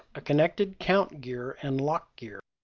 a connected count gear and lock gear,